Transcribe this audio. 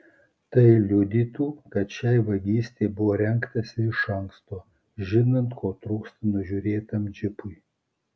tai liudytų kad šiai vagystei buvo rengtasi iš anksto žinant ko trūksta nužiūrėtam džipui